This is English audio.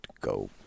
go